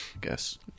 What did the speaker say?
guess